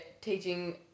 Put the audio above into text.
teaching